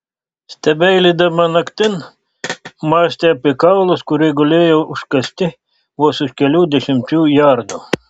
stebeilydama naktin mąstė apie kaulus kurie gulėjo užkasti vos už kelių dešimčių jardų